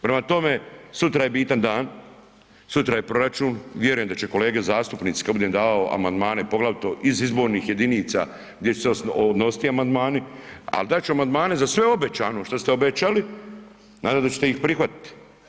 Prema tome, sutra je bitan dan, sutra je proračun, vjerujem da će kolege zastupnici kada budem davao amandmane poglavito iz izbornih jedinica gdje će se odnositi ti amandmani, ali dat ću amandmane za sve obećano što ste obećali. … da ćete ih prihvatiti.